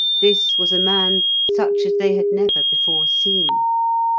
this was a man such as they had never before seen.